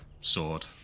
sword